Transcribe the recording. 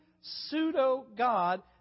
pseudo-god